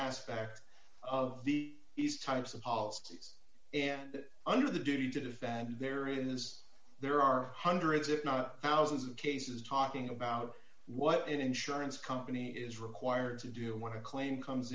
aspect of the east types of policies and under the duty to defend there is there are hundreds if not thousands of cases talking about what an insurance company is required to do you want to claim comes